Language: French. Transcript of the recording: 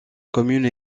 commune